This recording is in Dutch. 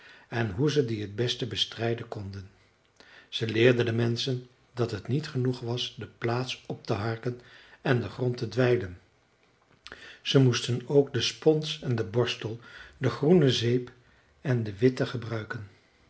en hoe ze die het beste bestrijden konden ze leerden de menschen dat het niet genoeg was de plaats op te harken en de grond te dweilen ze moesten ook de spons en den borstel de groene zeep en de witte gebruiken